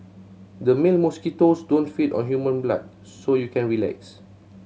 the male mosquitoes don't feed on human blood so you can relax